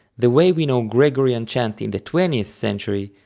the way we know gregorian chant in the twentieth century,